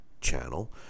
channel